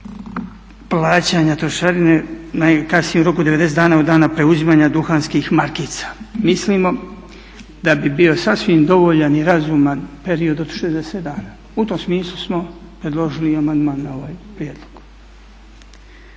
plaćanja trošarine najkasnije u roku 90 dana od dana preuzimanja duhanskih markica. Mislimo da bi bio sasvim dovoljan i razuman period od 60 dana. U tom smislu smo predložili i amandman na ovaj prijedlog.